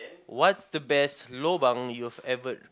what's the best lobang you've ever